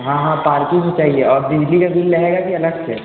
हाँ हाँ पार्किंग भी चाहिए और बिजली का बिल रहेगा क्या अलग से